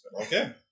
Okay